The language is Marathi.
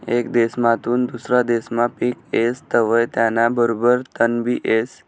येक देसमाधून दुसरा देसमा पिक येस तवंय त्याना बरोबर तणबी येस